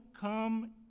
come